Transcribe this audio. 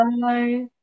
Bye